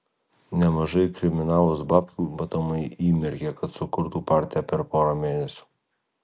nemažai kriminalas babkių matomai įmerkė kad sukurtų partiją per porą mėnesių